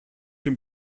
dem